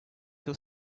too